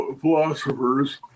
philosophers